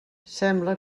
sembla